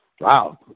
Wow